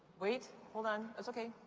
wait? hold on, that's okay.